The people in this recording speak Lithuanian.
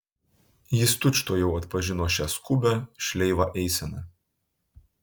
jis tučtuojau atpažino šią skubią šleivą eiseną